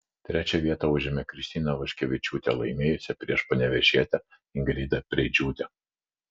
trečią vietą užėmė kristina vaškevičiūtė laimėjusi prieš panevėžietę ingridą preidžiūtę